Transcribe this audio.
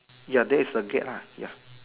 ya there is the gate lah ya